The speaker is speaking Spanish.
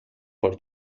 por